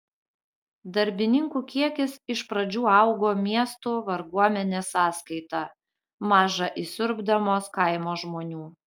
darbininkų kiekis iš pradžių augo miestų varguomenės sąskaita maža įsiurbdamas kaimo žmonių